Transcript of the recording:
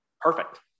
perfect